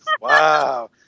Wow